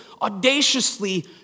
audaciously